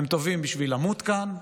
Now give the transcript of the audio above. הם טובים בשביל למות כאן,